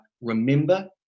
remember